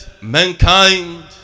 mankind